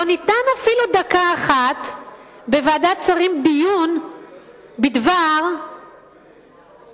לא ניתנת אפילו דקה אחת בוועדת שרים לדיון בדבר יתרונותיה